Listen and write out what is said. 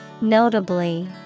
Notably